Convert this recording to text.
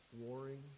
warring